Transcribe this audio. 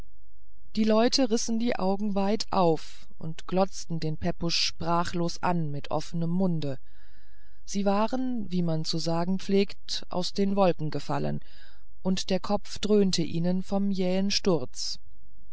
die leute rissen die augen weit auf und glotzten den pepusch sprachlos an mit offnem munde sie waren wie man zu sagen pflegt aus den wolken gefallen und der kopf dröhnte ihnen vom jähen sturz